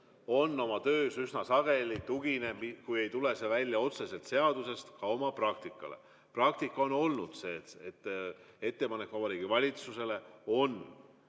on oma töös üsna sageli, kui ei tule see välja otseselt seadusest, tuginenud oma praktikale. Praktika on olnud see, et ettepanek Vabariigi Valitsusele